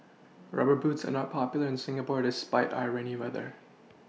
rubber boots are not popular in Singapore despite our rainy weather